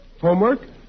Homework